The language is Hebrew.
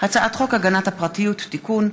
הצעת חוק הביטוח הלאומי (תיקון,